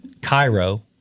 Cairo